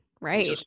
right